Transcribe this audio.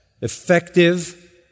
effective